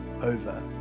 over